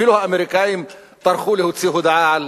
אפילו האמריקנים טרחו להוציא הודעה על